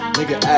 Nigga